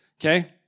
okay